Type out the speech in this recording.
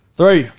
Three